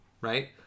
right